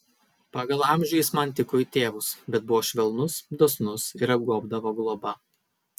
pagal amžių jis man tiko į tėvus bet buvo švelnus dosnus ir apgobdavo globa